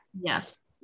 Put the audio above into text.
yes